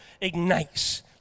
ignites